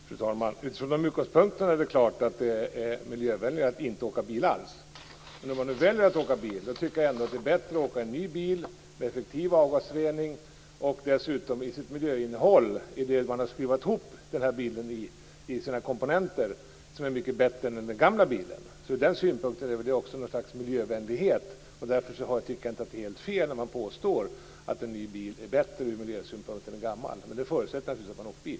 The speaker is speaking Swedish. Fru talman! Utifrån de utgångspunkterna är det klart att det är miljövänligare att inte åka bil alls. Men om man nu väljer att åka bil tycker jag att det är miljövänligare att åka i en ny bil med effektiv avgasrening. En sådan bil är dessutom i sitt miljöinnehåll - de komponenter som man skruvat ihop bilen av - mycket bättre än den gamla bilen. Ur den synpunkten är väl också det någon slags miljövänlighet. Därför tycker jag inte att det är helt fel att påstå att en ny bil är bättre från miljösynpunkt än en gammal. Men detta förutsätter naturligtvis att man åker bil.